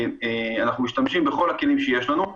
אנחנו משתמשים בכל הכלים שיש לנו.